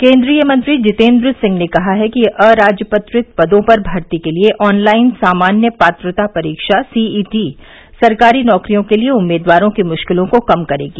केन्द्रीय मंत्री जितेन्द्र सिंह ने कहा है कि अराजपत्रित पदों पर भर्ती के लिये ऑनलाइन सामान्य पात्रता परीक्षा सीईटी सरकारी नौकरियों के लिये उम्मीदवारों की मुश्किलों को कम करेगी